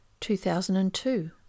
2002